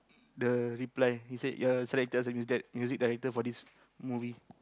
the reply he said you're selected as the music music director for this movie